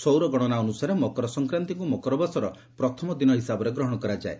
ସୌର ଗଣନା ଅନୁସାରେ ମକର ସଂକ୍ରାନ୍ତିକୁ ମକର ମାସର ପ୍ରଥମ ଦିନ ହିସାବରେ ଗ୍ରହଶ କରାଯାଏ